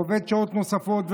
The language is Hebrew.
הוא עובד שעות נוספות.